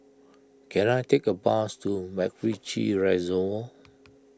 can I take a bus to MacRitchie Reservoir